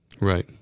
Right